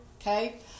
okay